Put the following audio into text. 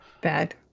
Bad